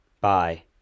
Bye